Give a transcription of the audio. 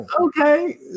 Okay